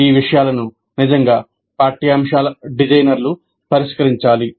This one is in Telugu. ఈ విషయాలను నిజంగా పాఠ్యాంశాల డిజైనర్లు పరిష్కరించాలి